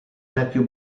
matthew